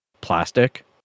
plastic